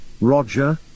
Roger